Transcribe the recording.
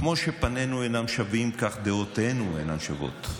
כמו שפנינו אינם שווים, כך דעותינו אינן שוות.